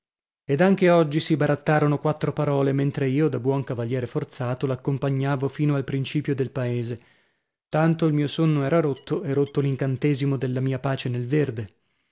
ed anche oggi si barattarono quattro parole mentre io da buon cavaliere forzato l'accompagnavo fino al principio del paese tanto il mio sonno era rotto e rotto l'incantesimo della mia pace nel verde